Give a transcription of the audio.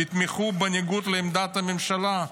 בניגוד לעמדת הממשלה,